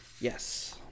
Yes